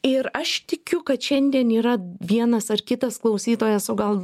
ir aš tikiu kad šiandien yra vienas ar kitas klausytojas o gal